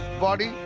body,